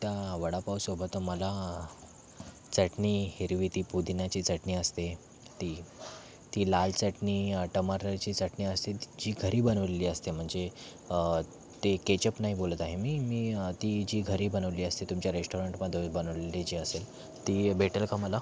त्या वडापावसोबत मला चटणी हिरवी ती पुदिन्याची चटणी असते ती ती लाल चटणी टमाटरची चटणी असते जी घरी बनवलेली असते म्हणजे ते केचप नाही बोलत आहे मी मी ती जी घरी बनवली असते तुमच्या रेस्टॉरंटमधून बनवलेली जी असेल ती भेटेल का मला